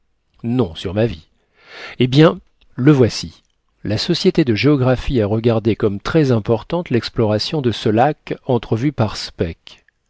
non sur ma vie eh bien le voici la société de géographie a regardé comme très importante l'exploration de ce lac entrevu par speke